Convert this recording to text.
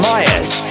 Myers